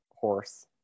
horse